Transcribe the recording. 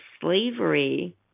slavery